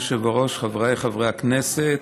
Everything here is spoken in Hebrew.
אדוני היושב-ראש, חבריי חברי הכנסת,